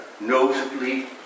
notably